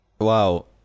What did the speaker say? Wow